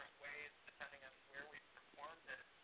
ways, depending on where we performed it.